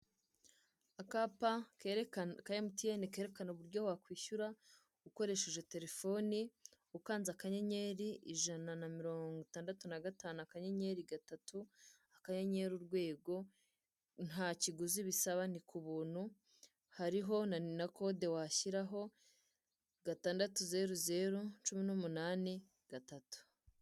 Akapa ka emutiyeni kerekana uburyo wakwishyura ukoresheje telefoni, ukanze akanyeri ijana na mirongo itandatu na gatanu, kanyenyeri gatatu, akanyenyeri urwego. Nta kiguzi bisaba; ni ku buntu. Hariho na kode. Washyiraho gatandatu, zeru zeru, cumi n'munani, gatatu.